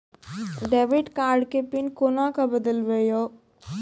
Debit card के PIN कोना के बदलबै यो?